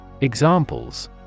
Examples